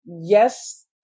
yes